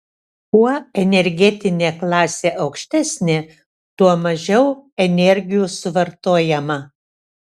kuo energetinė klasė aukštesnė tuo mažiau energijos suvartojama